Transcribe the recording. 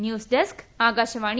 news desk Akashvani